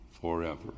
forever